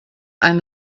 ein